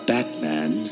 Batman